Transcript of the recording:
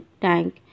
tank